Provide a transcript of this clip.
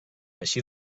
així